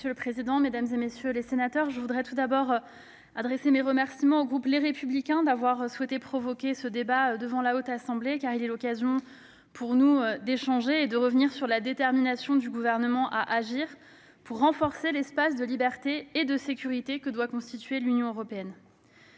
Monsieur le président, mesdames, messieurs les sénateurs, je voudrais tout d'abord remercier le groupe Les Républicains d'avoir souhaité provoquer ce débat devant la Haute Assemblée. Il est pour nous l'occasion d'échanger et de revenir sur la détermination du Gouvernement à agir pour renforcer l'espace de liberté et de sécurité que doit constituer l'Union européenne.